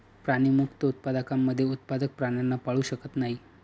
प्राणीमुक्त उत्पादकांमध्ये उत्पादक प्राण्यांना पाळू शकत नाही